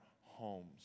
homes